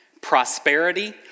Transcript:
Prosperity